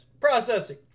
processing